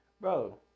Bro